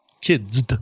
kids